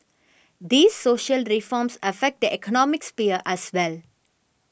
these social reforms affect the economic sphere as well